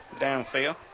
Downfield